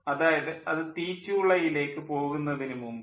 അതായത് അത് തീച്ചൂളയിലേക്ക് പോകുന്നതിന് മുമ്പ്